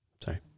Sorry